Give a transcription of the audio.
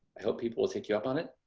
i hope people will take you up on it.